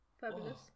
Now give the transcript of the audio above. Fabulous